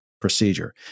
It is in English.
procedure